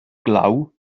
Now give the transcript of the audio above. glaw